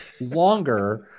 longer